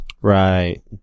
Right